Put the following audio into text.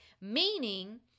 Meaning